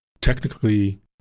Technically